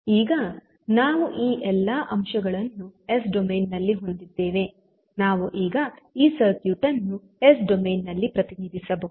ಈಗ ನಾವು ಈ ಎಲ್ಲ ಅಂಶಗಳನ್ನು ಎಸ್ ಡೊಮೇನ್ ನಲ್ಲಿ ಹೊಂದಿದ್ದೇವೆ ನಾವು ಈಗ ಈ ಸರ್ಕ್ಯೂಟ್ ಅನ್ನು ಎಸ್ ಡೊಮೇನ್ ನಲ್ಲಿ ಪ್ರತಿನಿಧಿಸಬಹುದು